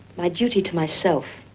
my duty to myself.